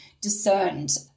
discerned